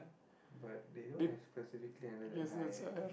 but they don't have specifically under the eye i think